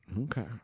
Okay